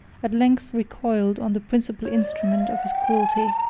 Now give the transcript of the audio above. at length recoiled on the principal instrument of his cruelty.